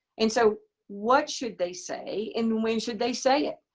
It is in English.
and so what should they say and when should they say it?